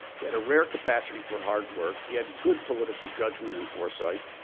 he had a rear capacity for hard work. he had good political judgment and foresight.